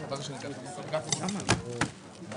16:55.